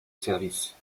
service